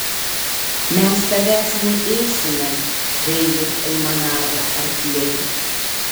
mes tavęs neėsime gailiai aimanavo arkliai